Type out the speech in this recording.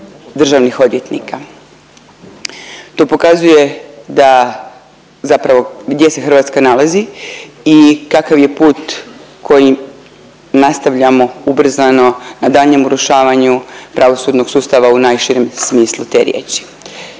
To pokazuje da zapravo gdje se Hrvatska nalazi i kakav je put kojim nastavljamo ubrzano na daljnjem urušavanju pravosudnom sustavu u najširem smislu te riječi,